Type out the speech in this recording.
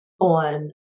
on